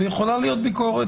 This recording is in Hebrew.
ויכולה להיות ביקורת,